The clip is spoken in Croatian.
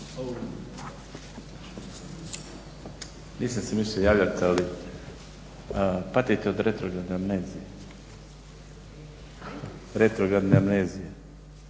Nisam se mislio javljat, ali patite od retrogradne amnezije, retrogradne amnezije.